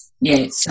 Yes